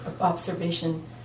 observation